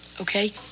okay